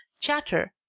chatter,